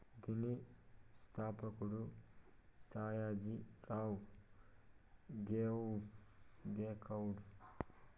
దీని స్థాపకుడు సాయాజీ రావ్ గైక్వాడ్